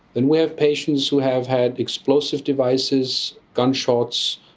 and we have patients who have had explosive devices, gunshots,